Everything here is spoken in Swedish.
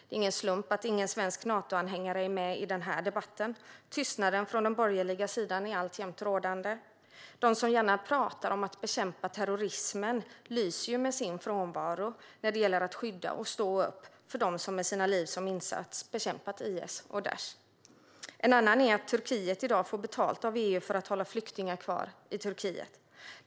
Det är ingen slump att ingen svensk Natoanhängare är med i denna debatt. Tystnaden från den borgerliga sidan är alltjämt rådande. De som gärna talar om att bekämpa terrorismen lyser med sin frånvaro när det gäller att skydda och stå upp för dem som med sina liv som insats bekämpat IS/Daish. En annan är att Turkiet i dag får betalt av EU för att hålla flyktingar kvar i Turkiet.